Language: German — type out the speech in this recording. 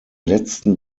letzten